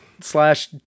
slash